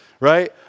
Right